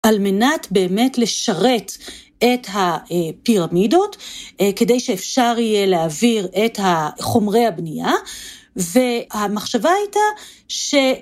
על מנת באמת לשרת את הפירמידות, כדי שאפשר יהיה להעביר את חומרי הבנייה, והמחשבה הייתה ש...